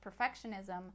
perfectionism